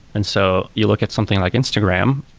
and so you look at something like instagram.